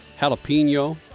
jalapeno